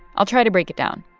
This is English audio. i'll try to break it down.